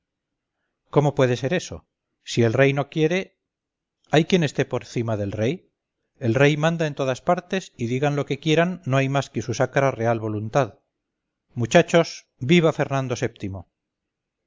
cómo puede ser eso si el rey no quiere hay quien esté por cima del rey el rey manda en todas partes y digan lo que quieran no hay más que su sacra real voluntad muchachos viva fernando